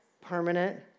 Permanent